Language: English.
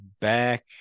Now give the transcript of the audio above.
back